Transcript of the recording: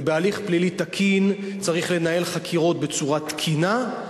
ובהליך פלילי תקין צריך לנהל חקירות בצורה תקינה,